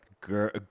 girl